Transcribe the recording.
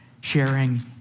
sharing